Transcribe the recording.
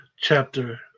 chapter